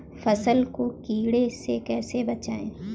फसल को कीड़े से कैसे बचाएँ?